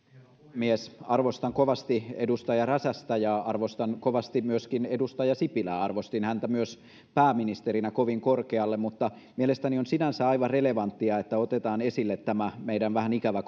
puhemies arvostan kovasti edustaja räsästä ja arvostan kovasti myöskin edustaja sipilää arvostin häntä myös pääministerinä kovin korkealle mutta mielestäni on sinänsä aivan relevanttia että otetaan esille tämä meidän vähän ikävä